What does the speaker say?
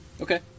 Okay